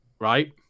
right